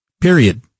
period